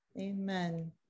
Amen